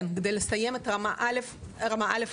כן, רמה א'.